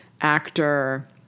actor